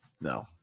No